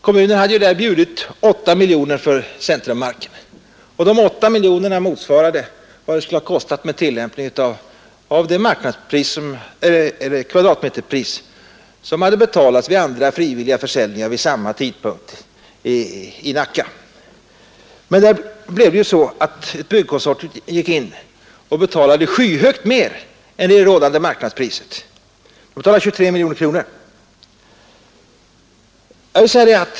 Kommunen hade där bjudit 8 miljoner för centrummarken, och dessa 8 miljoner motsvarade vad den skulle ha kostat med tillämpning av det kvadratmeterpris som hade betalats vid andra frivilliga försäljningar vid samma tid i Nacka. Men byggkonsortiet gick in och betalade ett i förhållande till rådande marknadspris skyhögt belopp, 23 miljoner kronor.